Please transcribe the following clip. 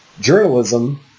journalism